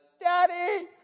Daddy